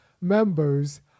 members